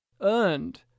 Earned